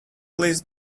least